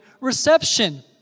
reception